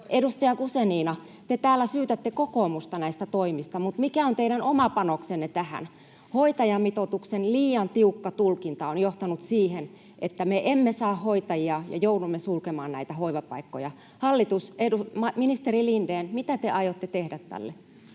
Edustaja Guzenina, te täällä syytätte kokoomusta näistä toimista, mutta mikä on teidän oma panoksenne tähän? Hoitajamitoituksen liian tiukka tulkinta on johtanut siihen, että me emme saa hoitajia ja joudumme sulkemaan näitä hoivapaikkoja. Ministeri Lindén, mitä te aiotte tehdä tälle?